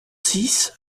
six